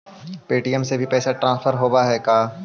Paytm से भी पैसा ट्रांसफर होवहकै?